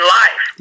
life